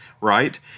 right